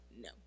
no